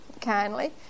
kindly